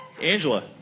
Angela